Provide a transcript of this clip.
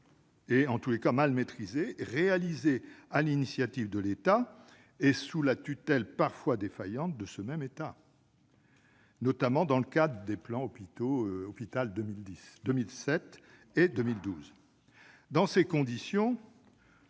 ou, en tout cas, mal maîtrisés, réalisés sur l'initiative de l'État et sous la tutelle parfois défaillante du même État, notamment dans le cadre des plans Hôpital 2007 et Hôpital 2012. Dans ces conditions,